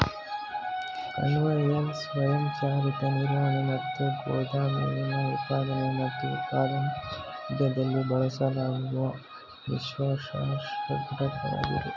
conveyor ಸ್ವಯಂಚಾಲಿತ ವಿತರಣೆ ಮತ್ತು ಗೋದಾಮಿನ ಉತ್ಪಾದನೆ ಮತ್ತು ಉತ್ಪಾದನಾ ಸೌಲಭ್ಯದಲ್ಲಿ ಬಳಸಲಾಗುವ ವಿಶ್ವಾಸಾರ್ಹ ಘಟಕವಾಗಿದೆ